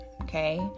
Okay